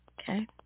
Okay